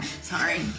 Sorry